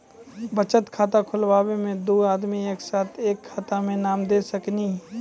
बचत खाता खुलाए मे दू आदमी एक साथ एके खाता मे नाम दे सकी नी?